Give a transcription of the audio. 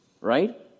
right